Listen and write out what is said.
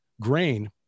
grain